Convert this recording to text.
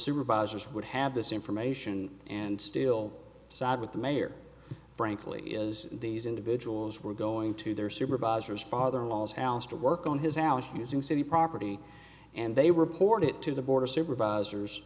supervisors would have this information and still side with the mayor frankly is these individuals were going to their supervisors father in law's house to work on his alice using city property and they report it to the board of supervisors